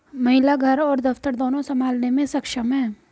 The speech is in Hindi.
महिला घर और दफ्तर दोनो संभालने में सक्षम हैं